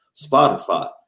spotify